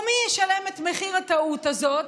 ומי ישלם את מחיר הטעות הזאת?